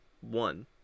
one